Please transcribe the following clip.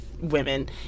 women